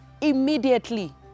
immediately